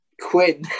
Quinn